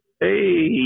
Hey